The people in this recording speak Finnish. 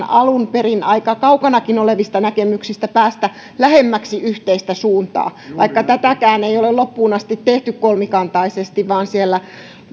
perin aika kaukanakin olevista näkemyksistä päästä lähemmäksi yhteistä suuntaa vaikka tätäkään ei ole loppuun asti tehty kolmikantaisesti vaan siellä